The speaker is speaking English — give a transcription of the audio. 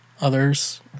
others